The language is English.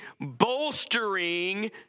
bolstering